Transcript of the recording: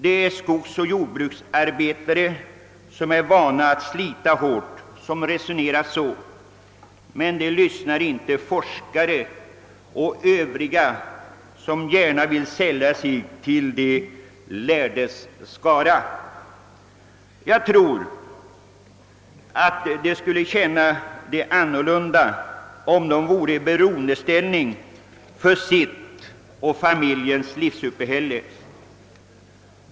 Det är skogsoch jordbruksarbetare, vilka är vana vid att slita hårt, som resonerar på det sättet. Men på detta lyssnar inte forskare och Övriga som gärna vill sälla sig till de lärdes skara. Jag tror att de skulle känna det annorlunda om de vore i beroendeställning för sitt och familjens livsuppehälle.